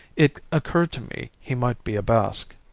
it occurred to me he might be a basque.